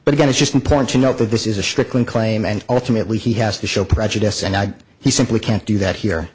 but again it's just important to note that this is a strickland claim and ultimately he has to show prejudice and he simply can't do that here